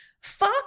fuck